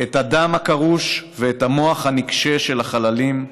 את הדם הקרוש ואת המוח הנקשה של החללים.